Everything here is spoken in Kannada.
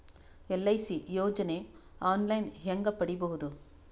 ಎಲ್.ಐ.ಸಿ ಯೋಜನೆ ಆನ್ ಲೈನ್ ಹೇಂಗ ಪಡಿಬಹುದು?